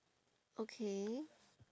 okay